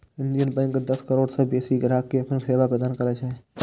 Indian bank दस करोड़ सं बेसी ग्राहक कें अपन सेवा प्रदान करै छै